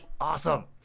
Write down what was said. awesome